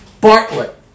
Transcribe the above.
Bartlett